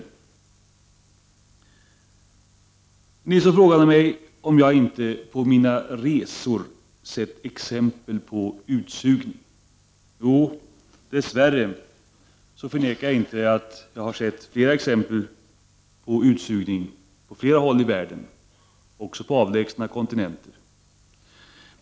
Rolf L Nilson frågade mig om jag under mina resor inte hade sett exempel på utsugning. Jo, dess värre kan jag inte förneka att jag har sett flera exempel på utsugning på flera håll i världen, också på avlägsna kontinenter.